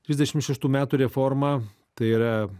trisdešimt šeštų metų reforma tai yra